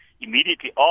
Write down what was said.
immediately